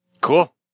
Cool